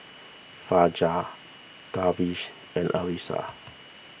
Fajar Darwish and Arissa